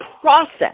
process